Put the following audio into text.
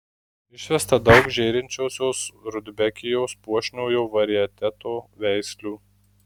išvesta daug žėrinčiosios rudbekijos puošniojo varieteto veislių